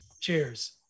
Cheers